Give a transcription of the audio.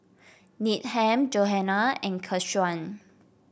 Needham Johanna and Keshawn